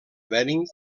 bering